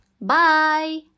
Bye